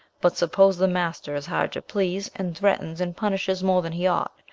but suppose the master is hard to please, and threatens and punishes more than he ought,